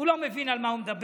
הוא לא מבין על מה הוא מדבר,